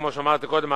כמו שאמרתי קודם,